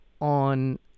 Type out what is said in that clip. on